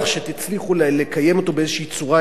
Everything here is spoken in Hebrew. נניח שתצליחו לקיים אותו באיזו צורה אנושית,